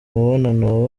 mubonano